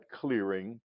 clearing